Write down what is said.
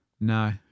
No